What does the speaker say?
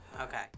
Okay